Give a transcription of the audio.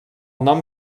nom